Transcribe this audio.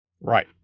Right